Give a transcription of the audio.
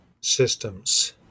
systems